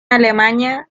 alemania